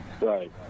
Right